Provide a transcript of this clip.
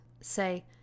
say